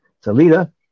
Salida